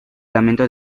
lamento